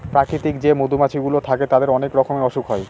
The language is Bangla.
প্রাকৃতিক যে মধুমাছি গুলো থাকে তাদের অনেক রকমের অসুখ হয়